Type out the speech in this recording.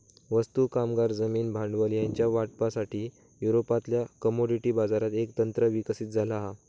वस्तू, कामगार, जमीन, भांडवल ह्यांच्या वाटपासाठी, युरोपातल्या कमोडिटी बाजारात एक तंत्र विकसित झाला हा